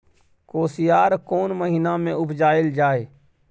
कोसयार कोन महिना मे उपजायल जाय?